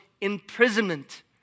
imprisonment